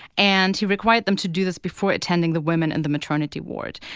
and he required them to do this before attending the women in the maternity ward.